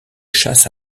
chasse